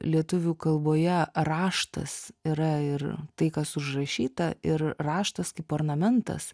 lietuvių kalboje raštas yra ir tai kas užrašyta ir raštas kaip ornamentas